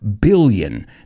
billion